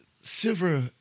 silver